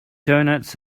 donuts